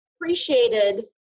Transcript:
appreciated